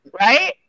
right